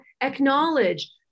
acknowledge